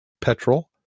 Petrol